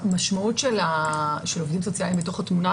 המשמעות של עובדים סוציאליים בתוך התמונה